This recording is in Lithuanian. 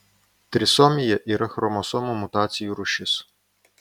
trisomija yra chromosomų mutacijų rūšis